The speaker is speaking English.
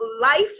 life